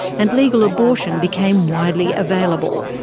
and legal abortion became widely available.